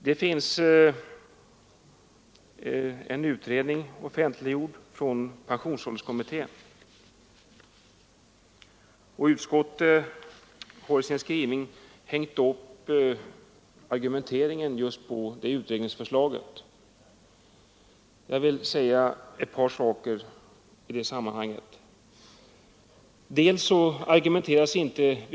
Det finns en utredning som pensionsålderskommittén offentliggjort, och utskottet har hängt upp sin argumentering just på detta utredningsförslag. Jag vill i det sammanhanget säga ett par saker.